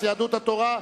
יהדות התורה,